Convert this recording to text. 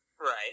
Right